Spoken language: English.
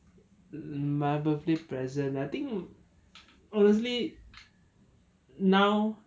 my birthday present I think honestly now